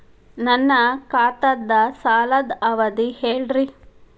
ನನ್ನ ಖಾತಾದ್ದ ಸಾಲದ್ ಅವಧಿ ಹೇಳ್ರಿ